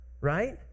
right